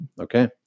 Okay